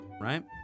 right